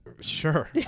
Sure